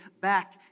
back